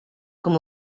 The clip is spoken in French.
comme